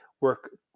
work